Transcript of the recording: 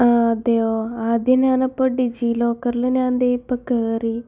ആ അതെയോ ആദ്യം ഞാനിപ്പോൾ ഡിജി ലോക്കറിൽ ഞാനിപ്പോൾ കയറി